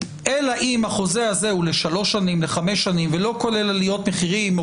אלא אם הוא לשלוש שנים או לחמש ולא כולל עליות מחירים או